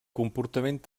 comportament